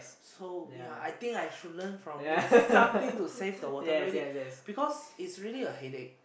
so ya I think I should learn from you something to save water because it's really a headache